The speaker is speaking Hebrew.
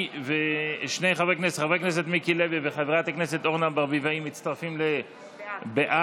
חבר הכנסת מיקי לוי וחברת הכנסת אורנה ברביבאי מצטרפים בעד,